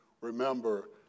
remember